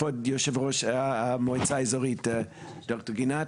כבוד יו"ר המועצה האזורית ד"ר גינת,